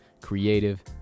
creative